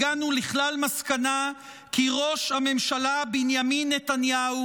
הגענו לכלל מסקנה כי ראש הממשלה בנימין נתניהו